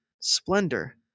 Splendor